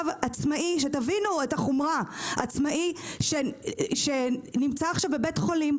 שתבינו את החומרה יש עכשיו עצמאי שנמצא בבית-חולים,